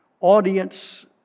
Audience